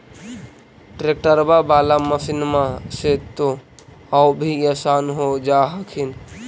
ट्रैक्टरबा बाला मसिन्मा से तो औ भी आसन हो जा हखिन?